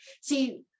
see